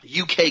UK